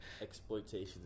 exploitation